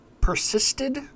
persisted